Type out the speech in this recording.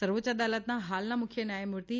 સર્વોચ્ય અદાલતના હાલના મુખ્ય ન્યાયમૂર્તિ ડ